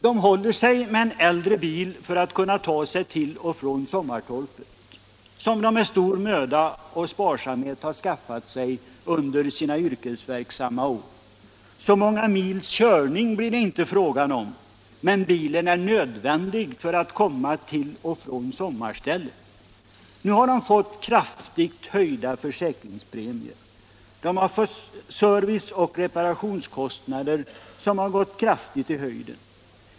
De håller sig med en äldre bil för att kunna ta sig till och från sommartorpet, som de med stor möda och sparsamhet har skaffat sig under de yrkesverksamma åren. Så många mils körning blir det inte fråga om, men bilen är nödvändig för att de skall kunna komma till och från sommarstället. Nu har de fått kraftigt höjda försäkringspremier. Serviceoch reparationskostnaderna har stigit.